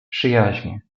przyjaźnie